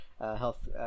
health